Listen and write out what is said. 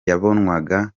yabonwaga